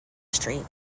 street